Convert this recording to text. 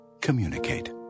Communicate